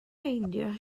meindio